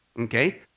Okay